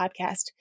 podcast